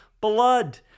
blood